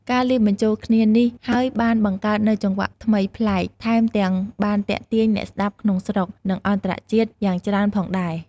ការលាយបញ្ចូលគ្នានេះហើយបានបង្កើតនូវចង្វាក់ថ្មី ប្លែក ថែមទាំងបានទាក់ទាញ អ្នកស្តាប់ក្នុងស្រុក និងអន្តរជាតិយ៉ាងច្រើនផងដែរ។